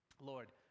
Lord